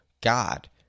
God